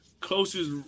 closest